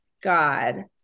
God